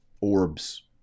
Orbs